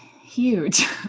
huge